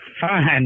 Fine